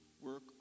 work